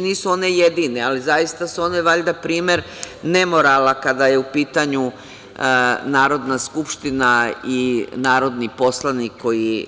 Nisu one jedine, ali zaista su one valjda one primer nemorala kada je u pitanju Narodna skupština i narodni poslanik koji